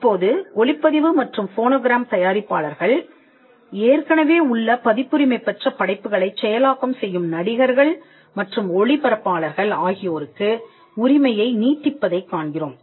இப்போது ஒலிப்பதிவு மற்றும் ஃபோனோகிராம் தயாரிப்பாளர்கள் ஏற்கனவே உள்ள பதிப்புரிமை பெற்ற படைப்புகளைச் செயலாக்கம் செய்யும் நடிகர்கள் மற்றும் ஒளிபரப்பாளர்கள் ஆகியோருக்கு உரிமையை நீட்டிப்பதைக் காண்கிறோம்